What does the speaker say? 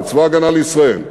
לצבא ההגנה לישראל,